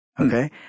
Okay